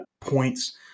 points